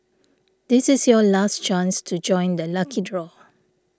this is your last chance to join the lucky draw